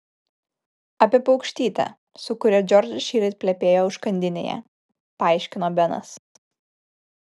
apie paukštytę su kuria džordžas šįryt plepėjo užkandinėje paaiškino benas